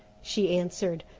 she answered,